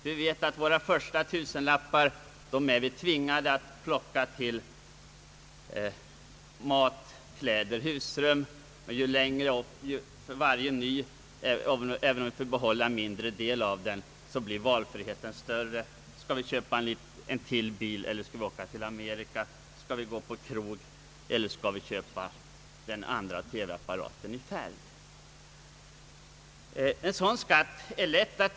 Vi vet att våra första: tusenlappar är vi tvingade att använda till mat, kläder och husrum. Ju flera: tusenlappar vi förtjänar, desto större blir valfriheten, även om vi får behålla en allt mindre del. Det är lätt. att ge en social funktion åt en sådan skatt.